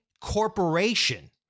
corporation